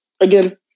again